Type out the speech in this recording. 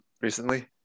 recently